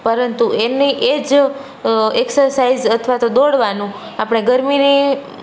પરંતુ એની એ જ એક્સરસાઇઝ અથવા તો દોડવાનું આપણે ગરમીની